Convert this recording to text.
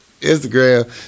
Instagram